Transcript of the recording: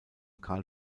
karl